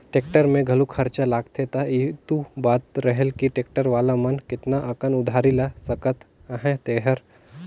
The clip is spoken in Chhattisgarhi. टेक्टर में घलो खरचा लागथे त एहू बात रहेल कि टेक्टर वाला मन केतना अकन उधारी ल सहत अहें तेहर